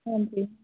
ਹਾਂਜੀ